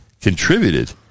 contributed